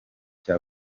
cya